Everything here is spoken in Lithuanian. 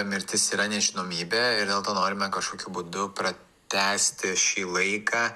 mirtis yra nežinomybė ir dėl to norime kažkokiu būdu pratęsti šį laiką